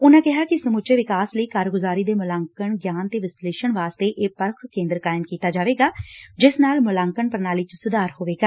ਉਨਾਂ ਕਿਹਾ ਕਿ ਸਮੁੱਚੇ ਵਿਕਾਸ ਲਈ ਕਾਰਗੁਜਾਰੀ ਦੇ ਮੁਲਾਂਕਣ ਅਤੇ ਗਿਆਨ ਦੇ ਵਿਸ਼ਲੇਸਣ ਵਾਸਤੇ ਇਹ ਪਰਖ ਕੇਂਦਰ ਕਾਇਮ ਕੀਤਾ ਜਾਏਗਾ ਜਿਸ ਨਾਲ ਮੁਲਾਂਕਣ ਪੁਣਾਲੀ ਚ ਸੁਧਾਰ ਹੋਵੇਗਾ